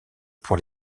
pour